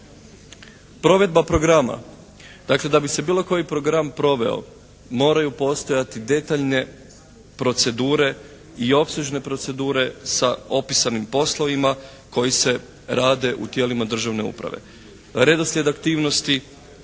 Provedba programa. Dakle da bi se bilo koji program proveo moraju postojati detaljne procedure i opsežne procedure sa opisanim poslovima koji se rade u tijelima državne uprave. Redoslijed aktivnosti,